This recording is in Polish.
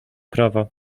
prawa